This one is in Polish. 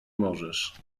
możesz